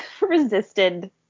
resisted